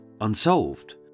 unsolved